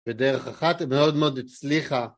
בדרך אחת מאוד מאוד הצליחה